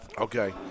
Okay